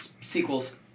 Sequels